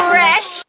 Fresh